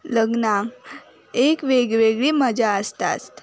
लग्नाक एक वेग वेगळी मजा आसतास्त